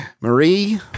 Marie